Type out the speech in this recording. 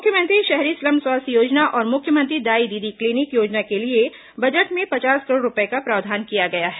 मुख्यमंत्री शहरी स्लम स्वास्थ्य योजना और मुख्यमंत्री दाई दीदी क्लीनिक योजना के लिए बजट में पचास करोड़ रूपये का प्रावधान किया गया है